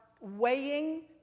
weighing